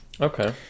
okay